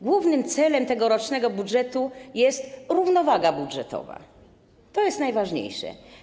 Głównym celem tegorocznego budżetu jest równowaga budżetowa, to jest najważniejsze.